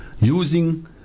using